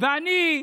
ואני,